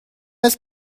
است